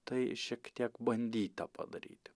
tai šiek tiek bandyta padaryti